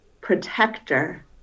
protector